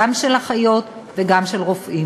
גם של אחיות וגם של רופאים.